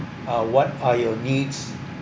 uh what are your needs